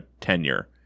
tenure